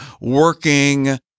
working